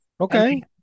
okay